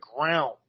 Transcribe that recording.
ground